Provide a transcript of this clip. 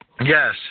Yes